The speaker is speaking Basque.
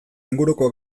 inguruko